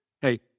hey